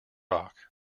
rock